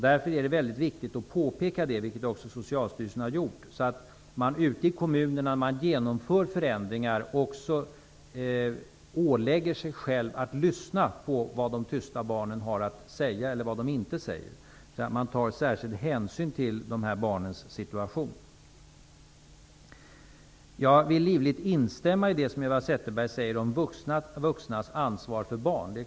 Därför är det mycket viktigt att påpeka detta, vilket också Socialstyrelsen har gjort, så att man ute i kommunerna när man genomför förändringar också ålägger sig själv att lyssna på vad de tysta barnen har att säga eller vad de inte säger, så att man tar särskild hänsyn till de här barnens situation. Jag vill livligt instämma i det som Eva Zetterberg säger om vuxnas ansvar för barn.